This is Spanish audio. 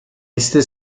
este